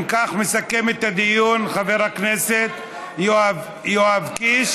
אם כך, מסכם את הדיון חבר הכנסת יואב קיש.